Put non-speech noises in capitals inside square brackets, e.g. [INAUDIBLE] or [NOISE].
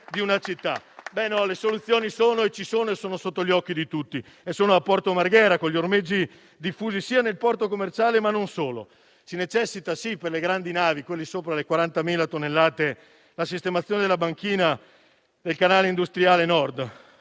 di una città? [APPLAUSE] Le soluzioni ci sono e sono sotto gli occhi di tutti. Sono a Porto Marghera, con gli ormeggi diffusi nel porto commerciale, ma non solo. Sono necessari per le grandi navi, sopra le 40.000 tonnellate, la sistemazione della banchina del canale industriale Nord